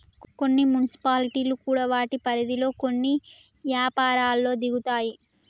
కొన్ని మున్సిపాలిటీలు కూడా వాటి పరిధిలో కొన్ని యపారాల్లో దిగుతాయి